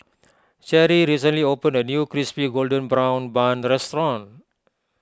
Cherry recently opened a new Crispy Golden Brown Bun restaurant